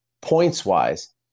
points-wise